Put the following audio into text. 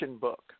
book